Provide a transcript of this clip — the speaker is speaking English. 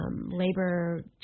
labor